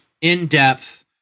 in-depth